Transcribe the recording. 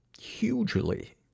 hugely